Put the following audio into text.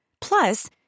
Plus